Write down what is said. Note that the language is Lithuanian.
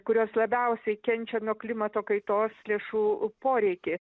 kurios labiausiai kenčia nuo klimato kaitos lėšų poreikį